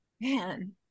Man